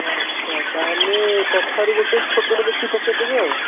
ଆଚ୍ଛା ତା'ହେଲେ କଖାରୁ ଗୋଟେ ଛୋଟଟେ ଦେଖିକି ପକାଇଦେବେ ଆଉ